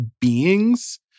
beings